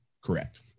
correct